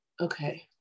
Okay